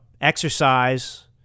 exercise